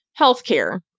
healthcare